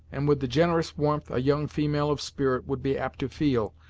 and with the generous warmth a young female of spirit would be apt to feel,